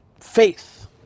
Faith